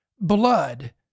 blood